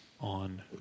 on